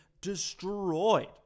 destroyed